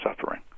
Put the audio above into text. suffering